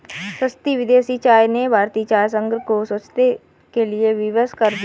सस्ती विदेशी चाय ने भारतीय चाय संघ को सोचने के लिए विवश कर दिया है